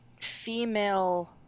female